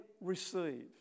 receive